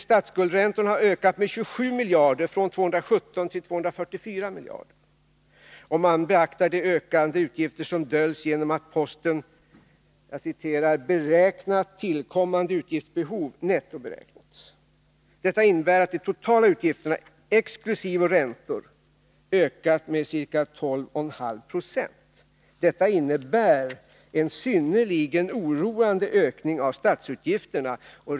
statsskuldräntor har ökat med ca 27 miljarder kronor från 217 till ca 244 miljarder kronor, om man beaktar de ökade utgifter som döljs genom att posten Beräknat tillkommande utgiftsbehov nettoberäknats. Detta innebär att de totala utgifterna exkl. räntor ökat med ca 12,5 20. Detta innebär en synnerligen oroande ökning av statsutgifterna.